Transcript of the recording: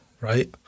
right